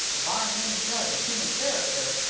if i am any judge of human character,